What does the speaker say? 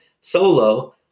solo